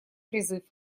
призыв